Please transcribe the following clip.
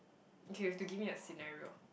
okay you have to give me a scenario